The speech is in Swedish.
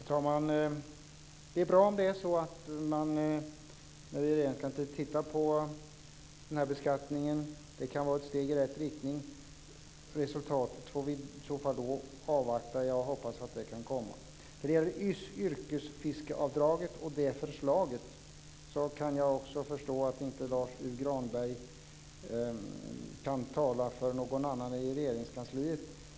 Herr talman! Det är bra om det är så att man i Regeringskansliet tittar på den här beskattningen. Det kan vara ett steg i rätt riktning. Vi får väl avvakta resultatet, och jag hoppas att det kan komma. När det gäller yrkesfiskeavdraget och förslaget om detta kan jag förstå att inte Lars U Granberg kan tala för någon annan i Regeringskansliet.